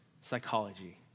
psychology